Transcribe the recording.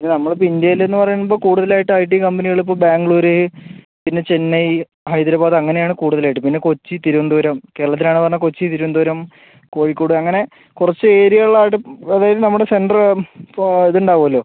ഇനി നമ്മൾ ഇപ്പം ഇന്ത്യയിലെന്ന് പറയുമ്പോൾ കൂടുതലായിട്ട് ഐ ടി കമ്പനികൾ ഇപ്പോൾ ബാംഗ്ലൂർ പിന്നെ ചെന്നൈ ഹൈദരാബാദ് അങ്ങനെയാണ് കൂടുതലായിട്ടും പിന്നെ കൊച്ചി തിരുവനന്തപുരം കേരളത്തിൽ ആണെന്ന് പറഞ്ഞാൽ കൊച്ചി തിരുവനന്തപുരം കോഴിക്കോട് അങ്ങനെ കുറച്ച് ഏരിയകളിലായിട്ട് അതായത് നമ്മുടെ സെൻ്റർ ഇത് ഉണ്ടാവുമല്ലോ